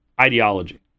ideology